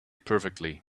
perfectly